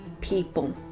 people